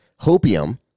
hopium